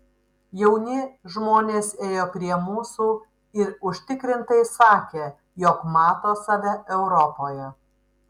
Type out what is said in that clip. jauni žmonės ėjo prie mūsų ir užtikrintai sakė jog mato save europoje